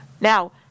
Now